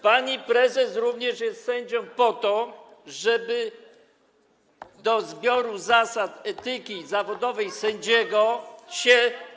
Pani prezes również jest sędzią po to, żeby do zbioru zasad etyki zawodowej sędziego się.